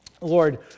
Lord